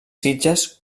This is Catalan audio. sitges